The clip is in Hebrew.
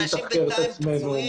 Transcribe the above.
אנשים בינתיים פצועים.